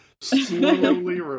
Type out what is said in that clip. slowly